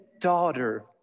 daughter